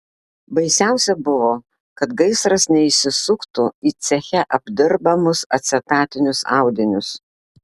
baisiausia buvo kad gaisras neįsisuktų į ceche apdirbamus acetatinius audinius